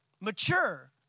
mature